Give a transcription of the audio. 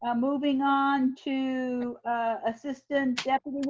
um moving on to assistant deputy,